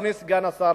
אדוני סגן השר,